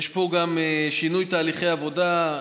יש פה גם שינוי תהליכי עבודה.